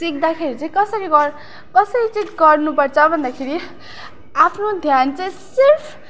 सिक्दाखेरि चाहिँ कसरी गर कसरी चाहिँ गर्नुपर्छ भन्दाखेरि आफ्नो ध्यान चाहिँ सिर्फ